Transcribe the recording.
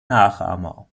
nachahmer